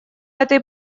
этой